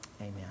Amen